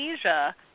Asia